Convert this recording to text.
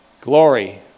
Glory